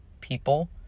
people